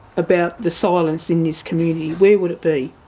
about the silence in this community, where would it be?